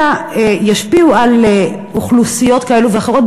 ישפיעו על אוכלוסיות כאלה ואחרות,